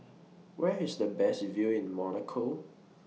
Where IS The Best View in Monaco